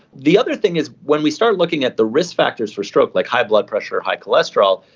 the other thing is when we start looking at the risk factors for stroke, like high blood pressure, high cholesterol,